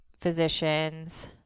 physicians